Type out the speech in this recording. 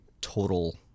total